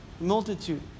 multitude